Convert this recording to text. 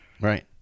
Right